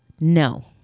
No